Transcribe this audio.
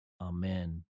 Amen